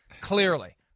clearly